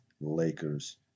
Lakers